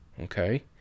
Okay